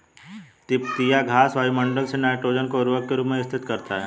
तिपतिया घास वायुमंडल से नाइट्रोजन को उर्वरक के रूप में स्थिर करता है